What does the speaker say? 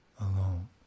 alone